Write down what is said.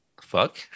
Fuck